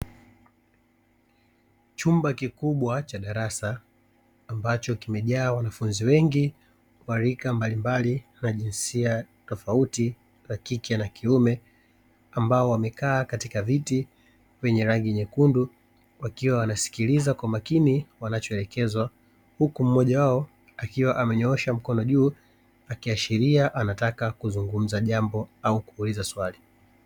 Chumba kikubwa cha darasa ambacho kimejaa wanafunzi wengi wa rika mbalimbali na jinsia tofauti ya kike na kiume, ambao wamekaa katika viti vyenye rangi nyekundu wakiwa wanasikiliza kwa makini wanachoelekezwa, huku mmoja wao akiwa amenyoosha mkono juu akiashiria anataka kuzungumza jambo au kuuliza swali.